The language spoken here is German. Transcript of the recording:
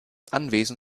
anwesen